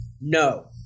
No